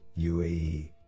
UAE